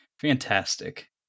Fantastic